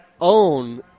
own